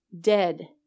dead